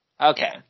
Okay